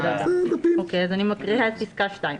אז אני מקריאה את פסקה (2):